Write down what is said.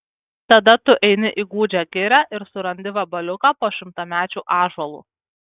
tada tu eini į gūdžią girią ir surandi vabaliuką po šimtamečiu ąžuolu